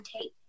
tape